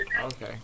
Okay